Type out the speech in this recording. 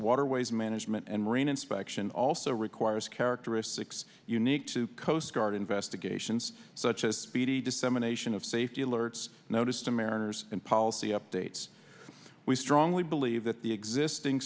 waterways management and marine inspection also requires characteristics unique to coast guard investigations such as speedy dissemination of safety alerts notice to mariners and policy updates we strongly believe that the existing